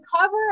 cover